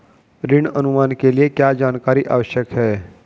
ऋण अनुमान के लिए क्या जानकारी आवश्यक है?